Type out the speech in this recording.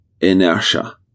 inertia